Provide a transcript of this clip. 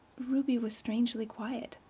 ruby was strangely quiet.